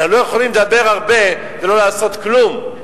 אנחנו לא יכולים לדבר הרבה ולא לעשות כלום.